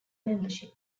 membership